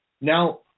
now